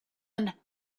and